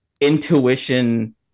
intuition